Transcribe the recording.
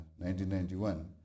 1991